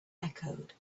echoed